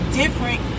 different